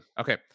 okay